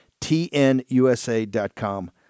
Tnusa.com